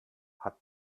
hat